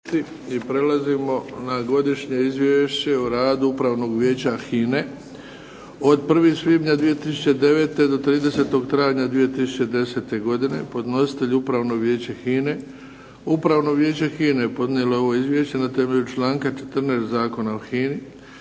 I prelazimo na - Godišnje izvješće o radu Upravnog vijeća HINA-e od 1. svibnja 2009. do 30. travnja 2010. Podnositelj: Upravno vijeće HINE Upravno vijeće HINA-e podnijelo je ovo Izvješće na temelju članka 14. Zakona o HINA-i.